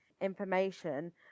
information